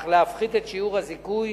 אך להפחית את שיעור הזיכוי